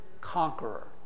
conqueror